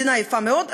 מדינה יפה מאוד,